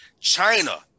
China